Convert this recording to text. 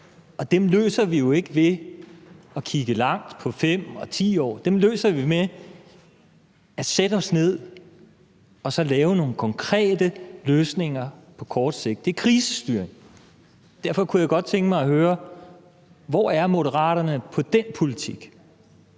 Dem løser vi jo ikke ved at kigge langt på 5 og 10 års sigt. Dem løser vi ved at sætte os ned og så lave nogle konkrete løsninger på kort sigt. Det er krisestyring. Derfor kunne jeg godt tænke mig at høre: Hvor er Moderaterne i den politik?